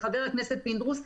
חבר הכנסת פינדרוס,